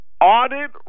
audit